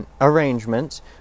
arrangements